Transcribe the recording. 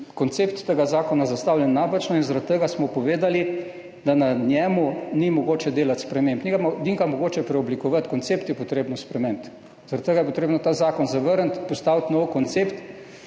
koncept tega zakona zastavljen napačno in zaradi tega smo povedali, da na njem ni mogoče delati sprememb. Ni ga mogoče preoblikovati, treba je spremeniti koncept. Zaradi tega je treba ta zakon zavrniti, postaviti nov koncept,